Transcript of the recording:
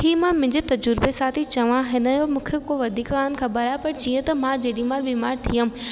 हीअ मां मुंहिंजे तज़ुर्बे सां थी चवां हिन जो मूंखे को वधीक कोन ख़बर आहे पर जीअं त मां जेॾी महिल बीमार थी हुअमि